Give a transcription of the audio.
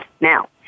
Now